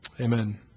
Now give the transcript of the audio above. Amen